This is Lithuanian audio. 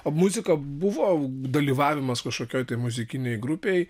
o muzika buvo dalyvavimas kažkokioj muzikinėj grupėj